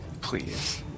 Please